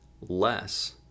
less